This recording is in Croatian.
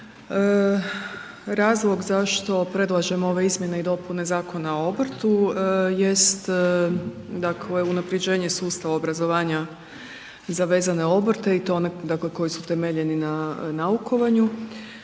Razlog zašto predlažemo ove izmjene i dopune Zakona o obrtu jest dakle unapređenje sustava obrazovanja za vezane obrte i to one dakle koji su temeljeni naukovanju.